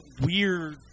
weird